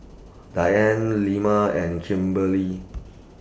Dianne Lemma and Kimberlee